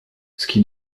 ski